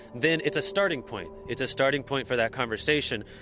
then it's a starting point. it's a starting point for that conversation.